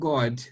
God